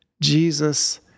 Jesus